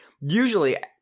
Usually